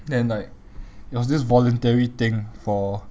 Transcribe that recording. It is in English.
then like it was this voluntary thing for